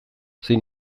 zein